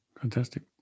fantastic